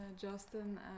Justin